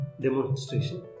demonstration